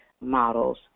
models